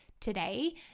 today